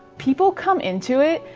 people come into it,